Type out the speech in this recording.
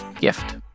gift